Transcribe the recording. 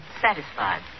satisfied